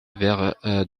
vert